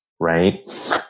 right